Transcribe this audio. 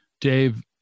Dave